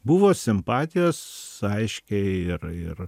buvo simpatijos aiškiai ir ir